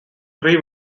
three